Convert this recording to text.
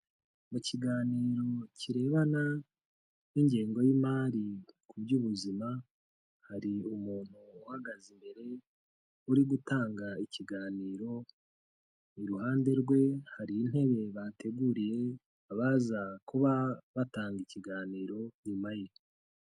Mu kiganiro kirebana n'ingengo y'imari ku by'ubuzima hari umuntu uhagaze imbere uri gutanga ikiganiro iruhande rwe hari intebe bateguriye abaza kuba batanga ikiganiro nyuma ye.